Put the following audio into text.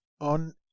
on